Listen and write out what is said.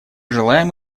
желаем